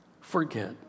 forget